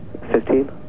Fifteen